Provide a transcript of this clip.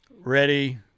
Ready